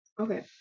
Okay